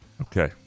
okay